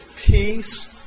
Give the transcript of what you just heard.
peace